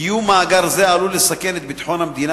קיום מאגר זה עלול לסכן את ביטחון המדינה